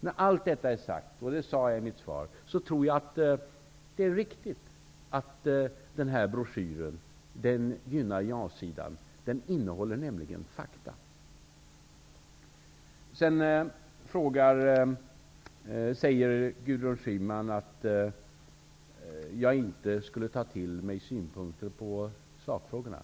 När allt detta är sagt, och det sade jag i mitt interpellationssvar, tror jag att det är riktigt att den här broschyren gynnar ja-sidan. Den innehåller nämligen fakta. Sedan säger Gudrun Schyman att jag inte skulle ta till mig synpunkter på sakfrågorna.